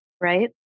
Right